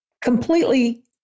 completely